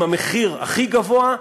עם המחיר הכי גבוה,